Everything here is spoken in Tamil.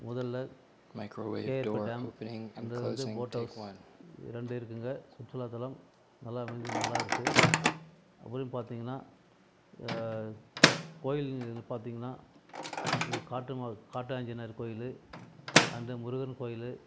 முதல்ல கேஆர்பி டேம் அங்கே வந்து போட் ஹவுஸ் ரெண்டு இருக்குங்க சுற்றுலாத்தலம் நல்லா அமைதி நல்லா இருக்குது அப்படின்னு பார்த்தீங்கன்னா கோயில்கள் பார்த்தீங்கன்னா இது காட்டு மா காட்டு ஆஞ்சனேயர் கோயில் அந்த முருகர் கோயில்